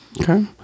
Okay